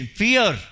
fear